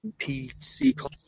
PC